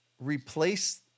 replace